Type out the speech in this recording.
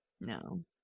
No